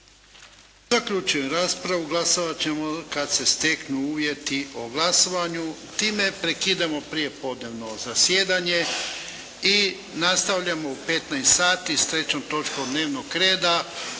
Zaključujem raspravu. Glasovati ćemo kada se steknu uvjeti o glasovanju. Time prekidamo prijepodnevno zasjedanje i nastavljamo u 15,00 sati sa 3. točkom dnevnog reda